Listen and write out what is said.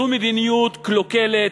זו מדיניות קלוקלת.